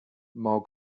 more